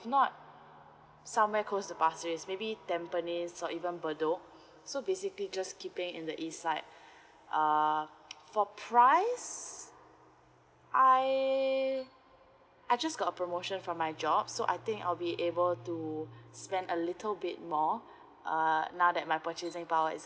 not somewhere close to pasir ris maybe tampines or even bedok so basically just keeping in the east side uh for price I I just got a promotion from my job so I think I'll be able to spend a little bit more uh now that my purchasing power is